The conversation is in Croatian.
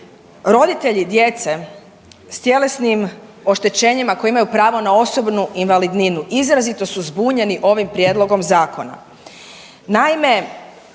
Roditelji djece s tjelesnim oštećenjima koji imaju pravo na osobnu invalidninu izrazito su zbunjeni ovim prijedlogom zakona.